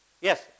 yes